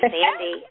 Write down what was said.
Sandy